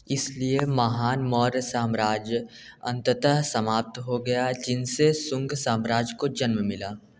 इसलिए महान मौर्य साम्राज्य अंततः समाप्त हो गया जिनसे सुंग साम्राज्य को जन्म मिला